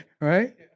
right